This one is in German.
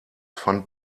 fand